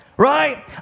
Right